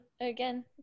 again